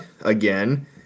again